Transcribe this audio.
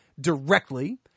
directly